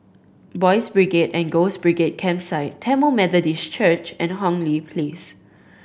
Boys' Brigade and Girls' Brigade Campsite Tamil Methodist Church and Hong Lee Place